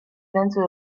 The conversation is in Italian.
senso